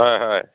হয় হয়